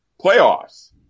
playoffs